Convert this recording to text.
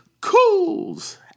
cools